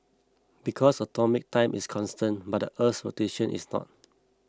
because atomic time is constant but the Earth's rotation is not